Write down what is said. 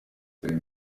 serbia